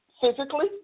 physically